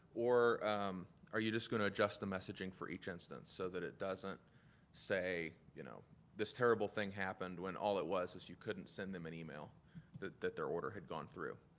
or are you just gonna adjust the messaging for each instance so that it doesn't say you know this terrible thing happened when all it was is you couldn't send them an email that that their order had gone through?